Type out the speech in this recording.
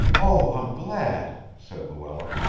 oh, i'm glad, said luella.